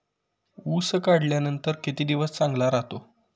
ऊस काढल्यानंतर किती दिवस चांगला राहतो?